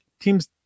teams